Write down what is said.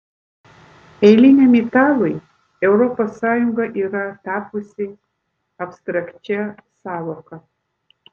eiliniam italui europos sąjunga yra tapusi abstrakčia sąvoka